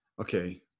Okay